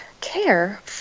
care